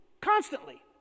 constantly